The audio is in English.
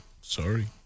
sorry